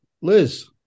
Liz